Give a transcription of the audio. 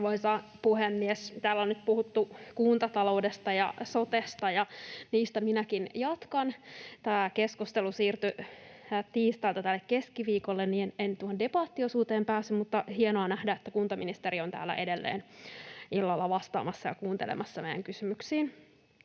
Arvoisa puhemies! Täällä on nyt puhuttu kuntataloudesta ja sotesta, ja niistä minäkin jatkan. Tämä keskustelu siirtyi tiistailta tänne keskiviikolle. En tuohon debattiosuuteen päässyt, mutta on hienoa nähdä, että kuntaministeri on täällä edelleen illalla vastaamassa ja kuuntelemassa näitä kysymyksiä.